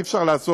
אי-אפשר לעשות.